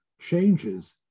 changes